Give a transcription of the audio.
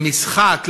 למשחק,